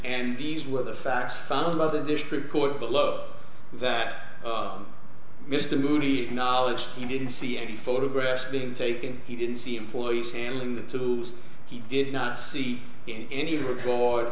and these were the facts found another district court below that mr louis knowledge he didn't see any photographs being taken he didn't see employees handling the tools he did not see any record